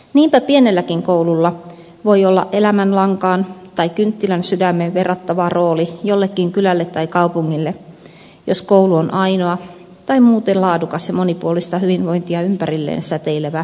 niinpä pienelläkin koululla voi olla elämänlankaan tai kynttilänsydämeen verrattava rooli jollekin kylälle tai kaupungille jos koulu on ainoa tai muuten laadukas ja monipuolista hyvinvointia ympärilleen säteilevä